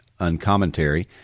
uncommentary